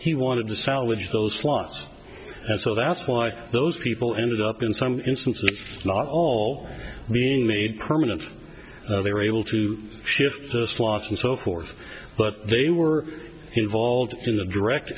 he wanted to salvage those slots and so that's why those people ended up in some instances not all being made permanent they were able to shift their slots and so forth but they were involved in a direct